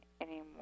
anymore